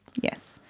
Yes